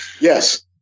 Yes